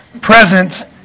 present